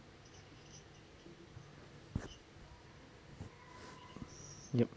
yup